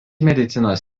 medicinos